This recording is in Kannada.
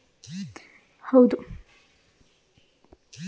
ಜರ್ಮನಿಲಿ ಅರಣ್ಯನಾಶದ್ ತೊಂದ್ರೆಗಳನ್ನ ತಡ್ಯೋಕೆ ವೃಕ್ಷ ಪಾಲನೆ ಅನ್ನೋ ಪದ್ಧತಿನ ಶುರುಮಾಡುದ್ರು